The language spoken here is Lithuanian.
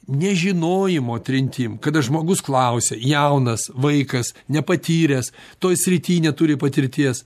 nežinojimo trintim kada žmogus klausia jaunas vaikas nepatyręs toj srity neturi patirties